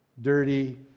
dirty